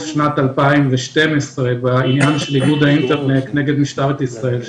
שנת 2012 בעניין של איגוד האינטרנט נגד משטרת ישראל.